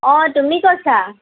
অঁ তুমি কৈছা